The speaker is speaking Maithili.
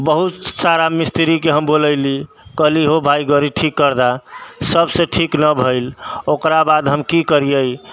बहुत सारा मिस्त्रीके हम बोलैली कहली हो भाय गड़ी ठीक कर दऽ सब से ठीक नहि भेल ओकरा बाद हम की करिऐ